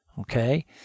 Okay